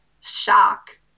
Shock